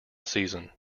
season